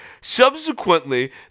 subsequently